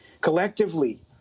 Collectively